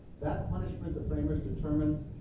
that punishment the framers determined